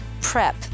PREP